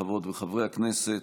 חברות וחברי הכנסת,